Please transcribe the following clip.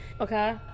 Okay